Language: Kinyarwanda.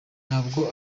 ntabwo